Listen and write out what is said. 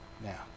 now